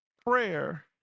prayer